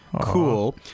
Cool